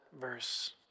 verse